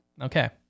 Okay